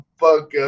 fuck